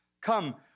Come